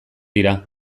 dira